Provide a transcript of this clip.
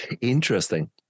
Interesting